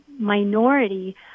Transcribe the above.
Minority